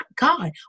God